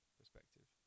perspective